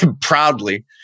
proudly